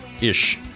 ish